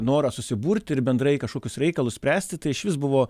norą susiburti ir bendrai kažkokius reikalus spręsti tai išvis buvo